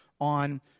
on